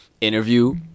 interview